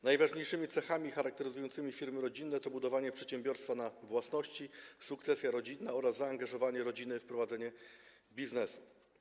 Najważniejszymi cechami charakteryzującymi firmy rodzinne są: budowanie przedsiębiorstwa na własności, sukcesja rodzinna oraz zaangażowanie rodziny w prowadzenie biznesu.